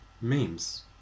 Memes